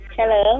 Hello